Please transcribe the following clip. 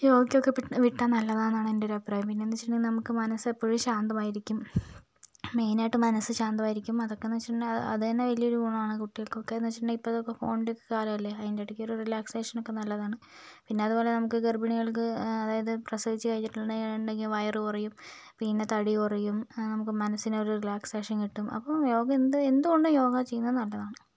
യോഗയ്ക്ക് ഒക്കെ വി വിട്ടാൽ നല്ലതാണ് എൻ്റെ ഒരു അഭിപ്രായം പിന്നെ എന്ന് വെച്ചിട്ടുണ്ടേൽ നമുക്ക് മനസ്സ് ഇപ്പോഴും ശാന്തമായിരിക്കും മെയിൻ ആയിട്ട് മനസ്സ് ശാന്തമായിരിക്കും അതൊക്കെ എന്ന് വെച്ചിട്ടുണ്ടേൽ അത് തന്നെ വലിയ ഒരു ഗുണമാണ് കുട്ടികൾക്ക് ഒക്കെ എന്ന് വെച്ചിട്ടുണ്ടേൽ ഇപ്പോൾ ഒക്കെ ഫോണിൻ്റെ കാലമല്ലേ അതിൻ്റെ ഇടയ്ക്ക് ഒരു റിലാക്സേഷൻ ഒക്കെ നല്ലതാണ് പിന്നെ അതുപോലെ നമുക്ക് ഗർഭിണികൾക്ക് അതായത് പ്രസവിച്ച് കഴിഞ്ഞിട്ടുണ്ടെൽ വയറ് കുറയും പിന്നെ തടികുറയും നമുക്ക് മനസ്സിന് ഒരു റിലാക്സേഷൻ കിട്ടും അപ്പോൾ യോഗ എന്ത് എന്ത് കൊണ്ടും യോഗ ചെയ്യുന്നത് നല്ലതാണ്